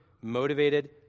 motivated